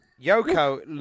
Yoko